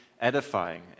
edifying